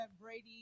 Brady